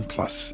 Plus